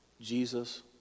Jesus